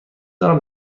دارم